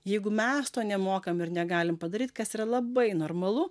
jeigu mes to nemokam ir negalim padaryt kas yra labai normalu